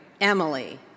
Emily